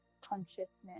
consciousness